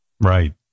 Right